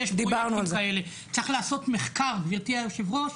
צריך לעשות מחקר, גברתי היושבת-ראש.